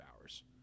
hours